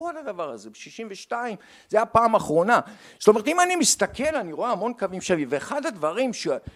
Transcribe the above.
כל הדבר הזה בשישים ושתיים זה היה הפעם האחרונה, זאת אומרת אם אני מסתכל אני רואה המון קווים שלי ואחד הדברים ש